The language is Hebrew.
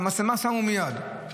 את המצלמה שמו מייד,